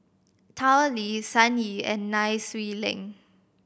Tao Li Sun Yee and Nai Swee Leng